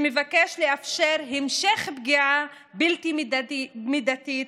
שמבקש לאפשר המשך פגיעה בלתי מידתית